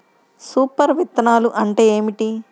Super విత్తనాలు అంటే ఏమిటి?